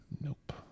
Nope